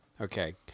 Okay